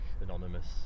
anonymous